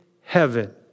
heaven